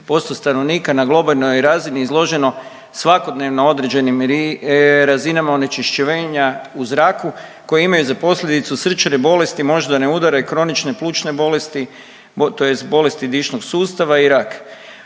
99% stanovnika na globalnoj razini izloženo svakodnevno određenim razinama onečišćenja u zraku koje imaju za posljedicu srčane bolesti, moždane udare, kronične plućne bolesti, tj. bolesti dišnog sustava i rak.